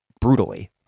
brutally